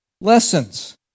Lessons